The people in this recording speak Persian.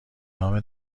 نام